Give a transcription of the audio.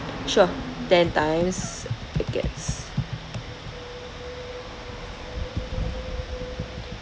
sure ten times packets